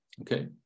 Okay